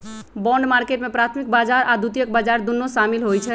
bond market में प्राथमिक बजार आऽ द्वितीयक बजार दुन्नो सामिल होइ छइ